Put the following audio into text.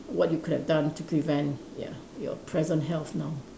what you could have done to prevent ya your present health now